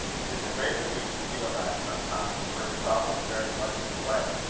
it is a great relief to feel that sometimes for it is often very much in the way.